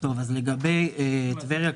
לגבי טבריה,